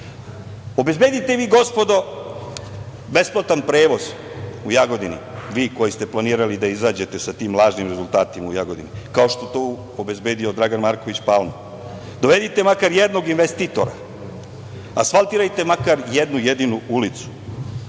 škole. Obezbedite vi, gospodo, besplatan prevoz u Jagodini, vi koji ste planirali da izađete sa tim lažnim rezultatima u Jagodini, kao što je to obezbedio Dragan Marković Palma. Dovedite makar jednog investitora, asfaltirajte makar jednu jedinu ulicu